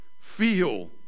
feel